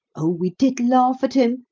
oh, we did laugh at him,